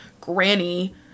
granny